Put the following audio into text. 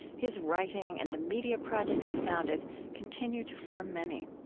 his writing and the media project he founded continue to form many